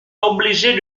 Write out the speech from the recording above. obligés